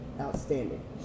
outstanding